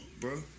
bro